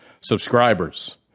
subscribers